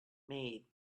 made